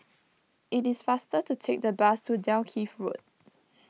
it is faster to take the bus to Dalkeith Road